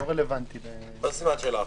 מה השאלה?